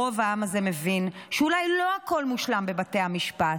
רוב העם הזה מבין שאולי לא הכול מושלם בבתי המשפט,